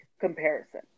comparison